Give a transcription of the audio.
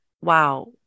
wow